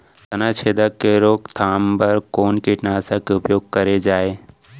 तनाछेदक के रोकथाम बर कोन कीटनाशक के उपयोग करे जाये?